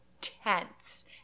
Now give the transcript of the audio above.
tense